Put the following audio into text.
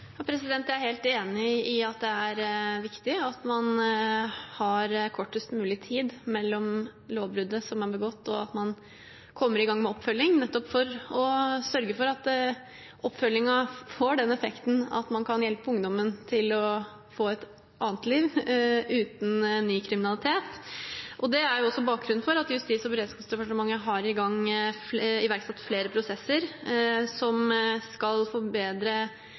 Jeg er helt enig i at det er viktig at det går kortest mulig tid mellom lovbruddet som er begått, og til man kommer i gang med oppfølging, nettopp for å sørge for at oppfølgingen får den effekten at man kan hjelpe ungdommen til å få et annet liv, uten ny kriminalitet. Det er også bakgrunnen for at Justis- og beredskapsdepartementet har iverksatt flere prosesser som skal